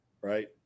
right